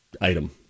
item